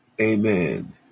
Amen